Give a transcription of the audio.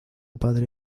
padre